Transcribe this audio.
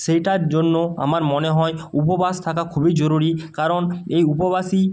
সেটার জন্য আমার মনে হয় উপবাস থাকা খুবই জরুরি কারণ এই উপবাসই